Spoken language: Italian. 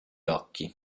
occhi